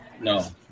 No